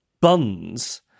buns